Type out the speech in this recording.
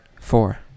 four